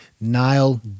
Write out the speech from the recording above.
Nile